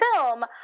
film